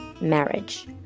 marriage